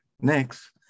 Next